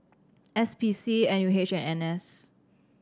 S P C N U H and N S